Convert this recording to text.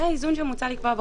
זה האיזון שמוצע לקבוע בחוק.